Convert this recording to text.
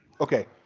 Okay